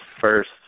first